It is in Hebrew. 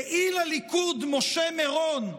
פעיל הליכוד משה מירון,